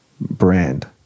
brand